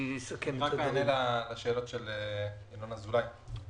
אני אענה לשאלות של ינון אזולאי.